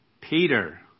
Peter